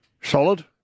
Solid